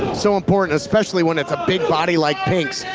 so important, especially when it's a big body like pinx.